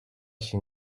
się